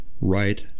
right